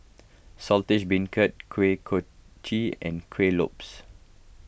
Saltish Beancurd Kuih Kochi and Kuih Lopes